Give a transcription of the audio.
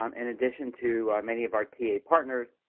um in addition to many of our ta partners